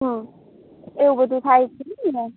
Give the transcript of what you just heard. હા એવું બધું થાય છે એમ ને